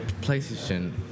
PlayStation